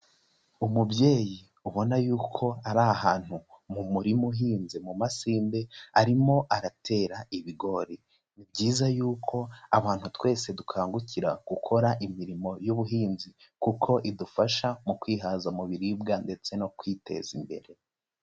Umubyeyi ubona yuko ari ahantu mu murima uhinze mu masinde arimo aratera ibigori, ni byiza yuko abantu twese dukangukira gukora imirimo y'ubuhinzi kuko idufasha mu kwihaza mu biribwa ndetse no kwiteza imbere.